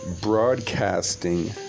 broadcasting